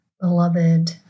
beloved